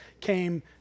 came